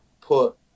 put